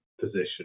position